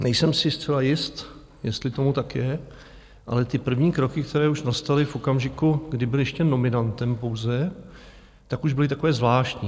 Nejsem si zcela jist, jestli tomu tak je, ale ty první kroky, které už nastaly v okamžiku, kdy byl ještě nominantem pouze, tak už byly takové zvláštní.